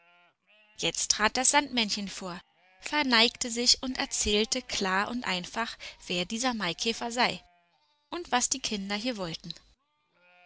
jetzt trat das sandmännchen vor verneigte sich und erzählte klar und einfach wer dieser maikäfer sei und was die kinder hier wollten